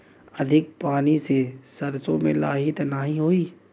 अधिक पानी से सरसो मे लाही त नाही होई?